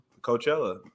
Coachella